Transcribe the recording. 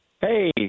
Hey